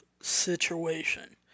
situation